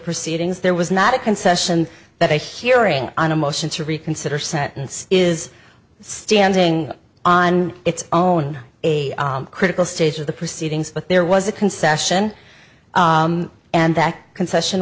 proceedings there was not a concession that a hearing on a motion to reconsider sentence is standing on its own a critical stage of the proceedings but there was a concession and that concession